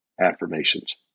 Affirmations